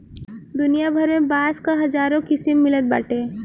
दुनिया भर में बांस क हजारो किसिम मिलत बाटे